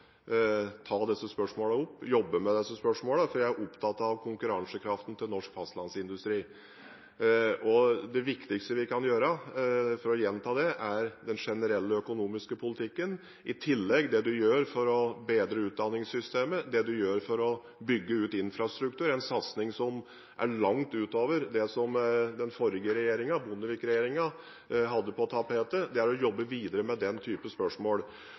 jobbe med dem, for jeg er opptatt av konkurransekraften til norsk fastlandsindustri. Og det viktigste, for å gjenta det, er den generelle økonomiske politikken, og i tillegg det du gjør for å bedre utdanningssystemet, for å bygge ut infrastruktur – en satsing som er langt utover det den forrige regjeringen, Bondevik-regjeringen, hadde på tapetet. En må jobbe videre med den typen spørsmål.